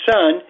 Son